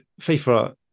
fifa